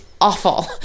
awful